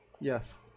Yes